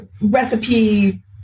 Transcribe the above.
recipe